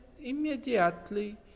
immediately